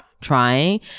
trying